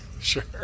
Sure